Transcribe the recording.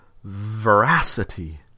veracity